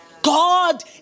God